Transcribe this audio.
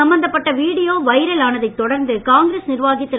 சம்பந்தப்பட்ட video viral ஆனதைத் தொடர்ந்து காங்கிரஸ் நிர்வாகி திரு